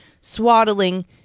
swaddling